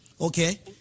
okay